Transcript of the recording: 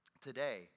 today